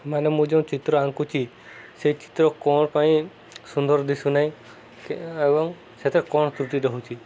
ମାନେ ମୁଁ ଯେଉଁ ଚିତ୍ର ଆଙ୍କୁଛି ସେ ଚିତ୍ର କଣ ପାଇଁ ସୁନ୍ଦର ଦିଶୁନାହିଁ ଏବଂ ସେଥିରେ କ'ଣ ତ୍ରୁଟି ରହୁଛି